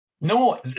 No